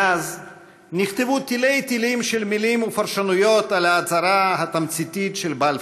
מאז נכתבו תילי-תילים של מילים ופרשנויות על ההצהרה התמציתית של בלפור,